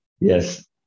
Yes